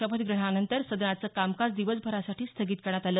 शपथग्रहणानंतर सदनाचं कामकाज दिवसभरासाठी स्थगित करण्यात आलं